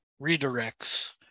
redirects